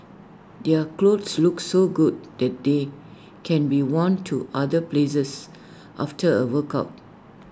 their clothes look so good that they can be worn to other places after A workout